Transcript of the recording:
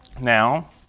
now